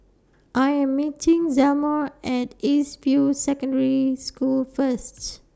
I Am meeting Zelma At East View Secondary School First